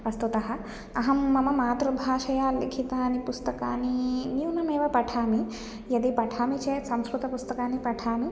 वस्तुतः अहं मम मातृभाषया लिखितानि पुस्तकानि न्यूनमेव पठामि यदि पठामि चेत् संस्कृतपुस्तकानि पठामि